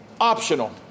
optional